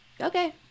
okay